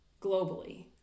globally